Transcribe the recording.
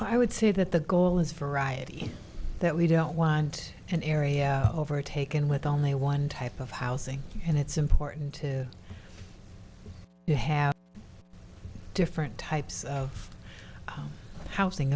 i would say that the goal is variety that we don't want an area overtaken with only one type of housing and it's important to have different types of housing